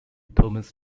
thomas